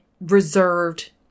reserved